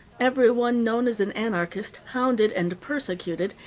everyone known as an anarchist hounded and persecuted,